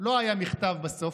לא היה מכתב בסוף,